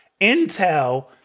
intel